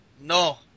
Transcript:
no